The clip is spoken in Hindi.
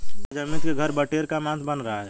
आज अमित के घर बटेर का मांस बन रहा है